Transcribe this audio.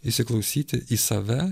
įsiklausyti į save